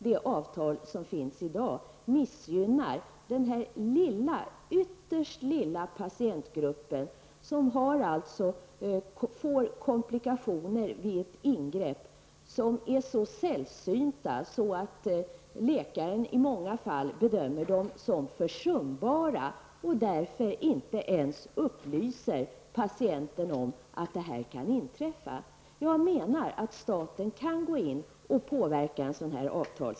De avtal som finns i dag missgynnar denna ytterst lilla patientgrupp som får sällsynta komplikationer vid ett ingrepp. Många gånger bedömer läkaren dessa sällsynta komplikationer som försumbara och därför inte ens upplyser patienten om att de kan inträffa. Jag menar att staten kan gå in och påverka.